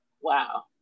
wow